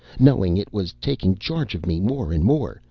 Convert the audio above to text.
knowing it was taking charge of me more and more.